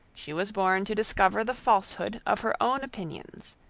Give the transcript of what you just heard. she was born to discover the falsehood of her own opinions,